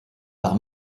par